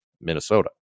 Minnesota